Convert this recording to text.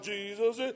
Jesus